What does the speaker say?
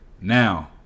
Now